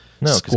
No